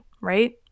right